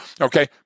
Okay